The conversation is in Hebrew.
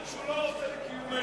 גם כשהוא לא רוצה בקיומנו.